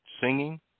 singing